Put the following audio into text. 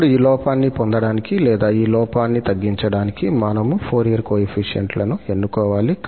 ఇప్పుడు ఈ లోపాన్ని పొందడానికి లేదా ఈ లోపాన్ని తగ్గించడానికి మనము ఫోరియర్ కోయెఫిషియంట్ లను ఎన్నుకోవాలి